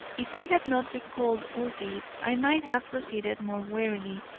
if i had not recalled all this i might have proceeded more warily.